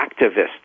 activists